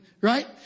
Right